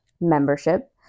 membership